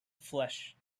flesh